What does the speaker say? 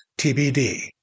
TBD